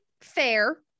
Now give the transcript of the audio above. fair